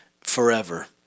forever